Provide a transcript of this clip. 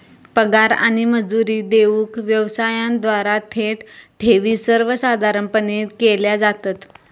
पगार आणि मजुरी देऊक व्यवसायांद्वारा थेट ठेवी सर्वसाधारणपणे केल्या जातत